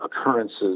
occurrences